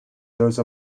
those